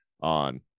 on